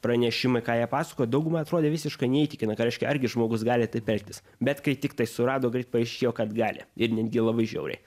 pranešimai ką jie pasakoja daugumai atrodė visiškai neįtikina ką reiškia argi žmogus gali taip elgtis bet kai tiktai surado greit paaiškėjo kad gali ir netgi labai žiauriai